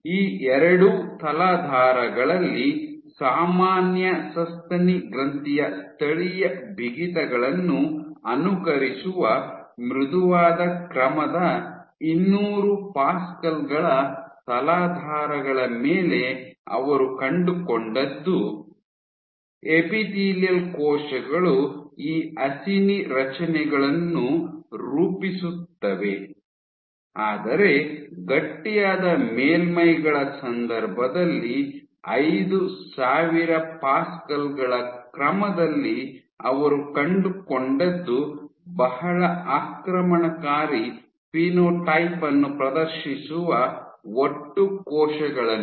ಈ ಎರಡೂ ತಲಾಧಾರಗಳಲ್ಲಿ ಸಾಮಾನ್ಯ ಸಸ್ತನಿ ಗ್ರಂಥಿಯ ಸ್ಥಳೀಯ ಬಿಗಿತಗಳನ್ನು ಅನುಕರಿಸುವ ಮೃದುವಾದ ಕ್ರಮದ ಇನ್ನೂರು ಪ್ಯಾಸ್ಕಲ್ ಗಳ ತಲಾಧಾರಗಳ ಮೇಲೆ ಅವರು ಕಂಡುಕೊಂಡದ್ದು ಎಪಿತೀಲಿಯಲ್ ಕೋಶಗಳು ಈ ಅಸಿನಿ ರಚನೆಗಳನ್ನು ರೂಪಿಸುತ್ತವೆ ಆದರೆ ಗಟ್ಟಿಯಾದ ಮೇಲ್ಮೈಗಳ ಸಂದರ್ಭದಲ್ಲಿ ಐದು ಸಾವಿರ ಪ್ಯಾಸ್ಕಲ್ ಗಳ ಕ್ರಮದಲ್ಲಿ ಅವರು ಕಂಡುಕೊಂಡದ್ದು ಬಹಳ ಆಕ್ರಮಣಕಾರಿ ಫಿನೋಟೈಪ್ ಅನ್ನು ಪ್ರದರ್ಶಿಸುವ ಒಟ್ಟು ಕೋಶಗಳನ್ನು